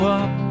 up